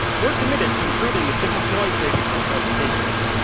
we're committed to improving the signal-to-noise ratio of notifications,